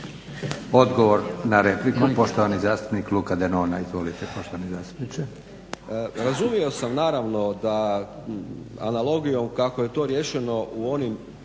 Odgovor na repliku, poštovani zastupnik Luka Denona. Izvolite poštovani zastupniče. **Denona, Luka (SDP)** Razumio sam naravno da analogijom kako je to riješeno u onim